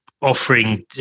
offering